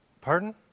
pardon